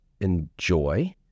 enjoy